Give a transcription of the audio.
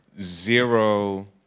zero